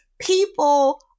people